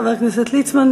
חבר הכנסת ליצמן,